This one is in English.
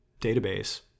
database